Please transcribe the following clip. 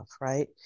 right